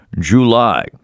July